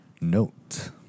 Note